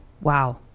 Wow